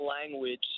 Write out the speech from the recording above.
language